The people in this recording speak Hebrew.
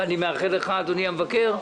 אני מאחל לך, אדוני המבקר,